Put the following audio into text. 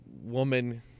woman